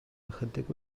ychydig